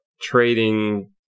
trading